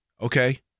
okay